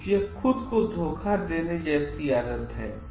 तो यह खुद को धोखा देने जैसा है